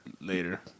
Later